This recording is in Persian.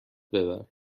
ببر